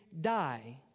die